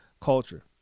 culture